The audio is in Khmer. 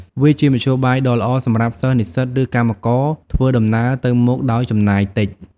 វាជាមធ្យោបាយដ៏ល្អសម្រាប់សិស្ស និស្សិតឬកម្មករធ្វើដំណើរទៅមកដោយចំណាយតិច។